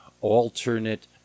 alternate